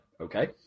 Okay